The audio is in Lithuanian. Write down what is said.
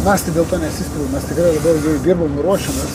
mes tai dėl to nesistebim mes tikrai labai daug dirbom ruošėmės